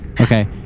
Okay